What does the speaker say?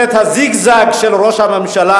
תראה, ממשלת הזיגזג של ראש הממשלה,